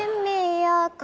and me a